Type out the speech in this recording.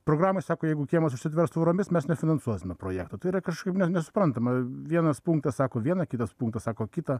programa sako jeigu kiemas užsitvers tvoromis mes nefinansuosime projekto tai yra kažkaip nesuprantama vienas punktas sako vieną kitas punktas sako kitą